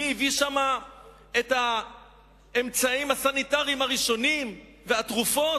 מי הביא את האמצעים הסניטריים הראשונים והתרופות?